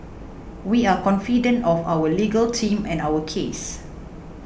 we are confident of our legal team and our case